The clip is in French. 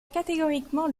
catégoriquement